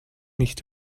nicht